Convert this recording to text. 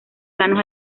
planos